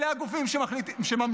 אלה הגופים שממליצים,